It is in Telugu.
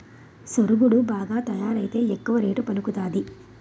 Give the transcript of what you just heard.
సరుగుడు బాగా తయారైతే ఎక్కువ రేటు పలుకుతాది